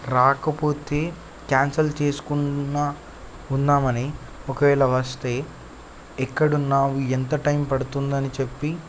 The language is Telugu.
రాకపోతే కాన్సెల్ చేసుకుందామని ఒకవేళ వస్తే ఎక్కడ ఉన్నావు ఎంత టైం పడుతుందని చెప్పి